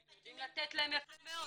הם יודעים לתת להם יפה מאוד.